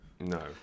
No